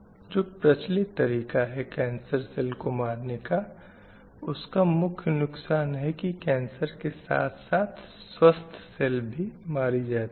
जो प्रचलित तरीक़ा है कैन्सर सेल को मारने का उसका मुख्य नुक़सान है की कैन्सर के साथ साथ स्वास्थ्य सेल भी मारी जाती हैं